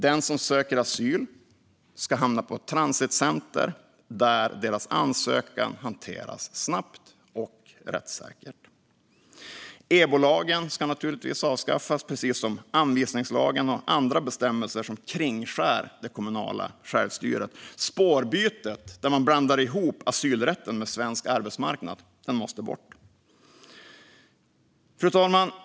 Den som söker asyl ska hamna på transitcentrum där deras ansökan hanteras snabbt och rättssäkert. EBO-lagen ska naturligtvis avskaffas, precis som anvisningslagen och andra bestämmelser som kringskär det kommunala självstyret. Spårbytet, där man blandar ihop asylrätten med svensk arbetsmarknad, måste bort. Fru talman!